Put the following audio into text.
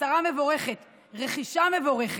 הצהרה מבורכת, רכישה מבורכת.